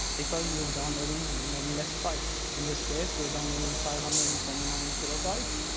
because you're downloading many less parts. in this case, we're downloading five hundred and twenty nine kilobytes,